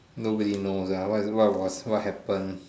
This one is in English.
nobody knows ah what what was what happen